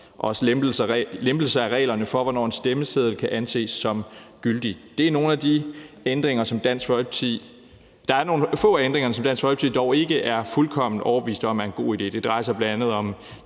også lempelser af reglerne for, hvornår en stemmeseddel kan anses som gyldig. Der er nogle få af ændringerne, som Dansk Folkeparti dog ikke er fuldkommen overbevist om er en god idé. Det drejer sig bl.a. om